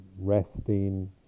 resting